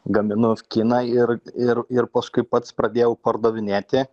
gaminu kiną ir ir ir paskui pats pradėjau pardavinėti